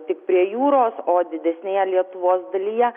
tik prie jūros o didesnėje lietuvos dalyje